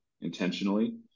intentionally